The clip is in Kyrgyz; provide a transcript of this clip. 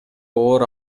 оор